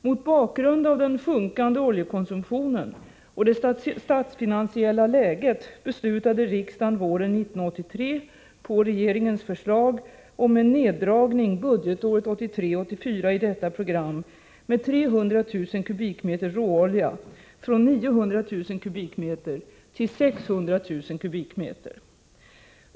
Mot bakgrund av den sjunkande oljekonsumtionen och det statsfinansiella läget beslutade riksdagen våren 1983, på regeringens förslag, om en neddragning budgetåret 1983/84 i detta program med 300 000 kubikmeter råolja, från 900 000 till 600 000 kubikmeter.